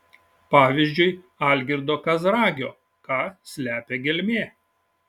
pavyzdžiui algirdo kazragio ką slepia gelmė